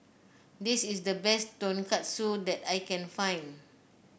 this is the best Tonkatsu that I can find